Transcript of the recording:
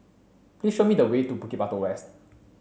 please show me the way to Bukit Batok West